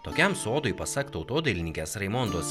tokiam sodui pasak tautodailininkės raimondos